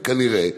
כנראה.